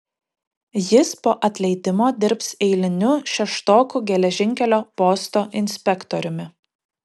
jis po atleidimo dirbs eiliniu šeštokų geležinkelio posto inspektoriumi